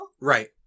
Right